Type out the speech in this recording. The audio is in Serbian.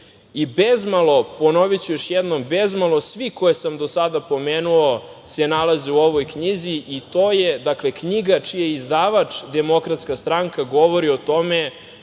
i bezmalo, ponoviću još jednom, bezmalo svi koje sam do sada pomenuo se nalaze u ovoj knjizi i to je, dakle, knjiga čiji je izdavač Demokratska stranka, govori o tome